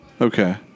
Okay